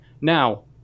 Now